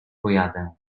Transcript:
pojadę